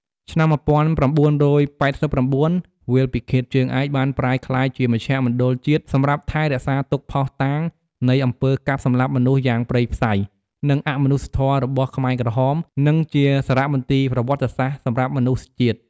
ឆ្នាំ១៩៨៩ វាលពិឃាតជើងឯក បានប្រែក្លាយជាមជ្ឈមណ្ឌលជាតិ សម្រាប់ថែរក្សាទុកភ័ស្តុតាង នៃអំពើកាប់សម្លាប់មនុស្សយ៉ាងព្រៃផ្សៃ និងអមនុស្សធម៌របស់ខ្មែរក្រហម និងជាសារមន្ទីរប្រវត្តិសាស្ត្រសម្រាប់មនុស្សជាតិ។